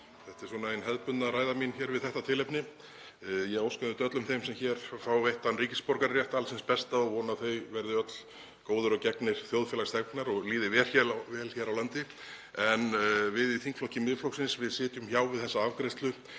Þetta er hin hefðbundna ræða mín við þetta tilefni. Ég óska auðvitað öllum þeim sem hér er veittur ríkisborgararéttur alls hins besta og vona að þau verði öll góðir og gegnir þjóðfélagsþegnar og líði vel hér á landi en við í þingflokki Miðflokksins sitjum hjá við þessa afgreiðslu